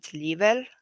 level